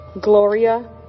Gloria